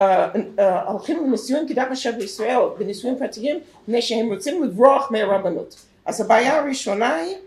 הולכים לנישואים כי דווקא שם בישראל בנישואים פרטיים מפני שהם רוצים לברוח מהרבנות. אז הבעיה הראשונה היא